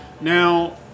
Now